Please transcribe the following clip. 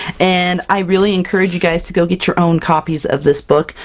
and i really encourage you guys to go get your own copies of this book!